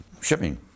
shipping